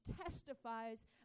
testifies